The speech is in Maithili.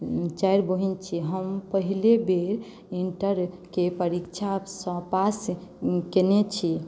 चारि बहिन छी हम पहिले बेर इन्टरके परीक्षासँ पास कयने छी